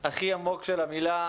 הכי עמוק של המילה.